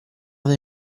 they